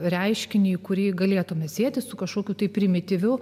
reiškiniui kurį galėtumėme sieti su kažkokiu tai primityviu